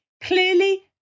Clearly